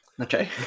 Okay